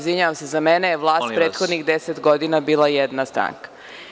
Za mene je vlast prethodnih 10 godina bila jedna stranka.